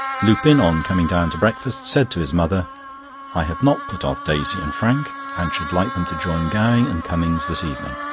lupin, on coming down to breakfast, said to his mother i have not put off daisy and frank, and should like them to join gowing and cummings this evening.